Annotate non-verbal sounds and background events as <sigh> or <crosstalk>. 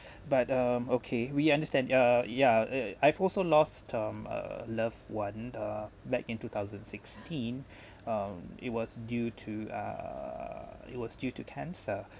but um okay we understand uh yeah <noise> I've also lost um a loved one uh back in two thousand sixteen um it was due to uh it was due to cancer